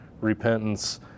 repentance